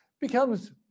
becomes